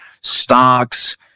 stocks